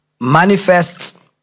manifests